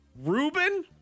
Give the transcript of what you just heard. Ruben